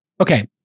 okay